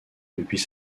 depuis